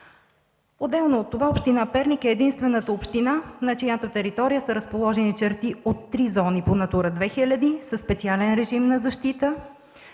Отделно от това община Перник е единствената община, на чиято територия са разположени черти от три зони по „Натура 2000” със специален режим на защита